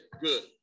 good